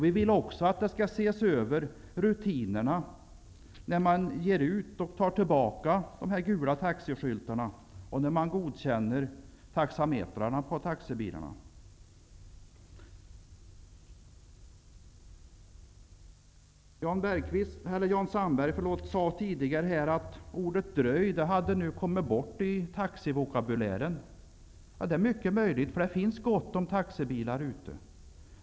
Vi vill också att rutinerna när man ger ut och tar tillbaka de gula taxiskyltarna samt när man godkänner taxametrarna på taxibilarna skall ses över. Jan Sandberg sade tidigare att ordet dröj hade kommit bort ur taxivokabulären. Det är mycket möjligt eftersom det finns gott om taxibilar.